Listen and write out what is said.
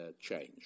change